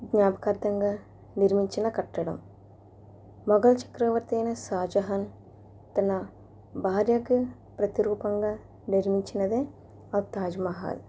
జ్ఞాపకార్థంగా నిర్మించిన కట్టడం మొఘల్ చక్రవర్తి అయినా షాజహాన్ తన భార్యకు ప్రతిరూపంగా నిర్మించినది ఆ తాజ్ మహల్